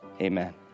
Amen